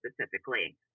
specifically